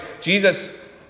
Jesus